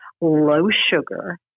low-sugar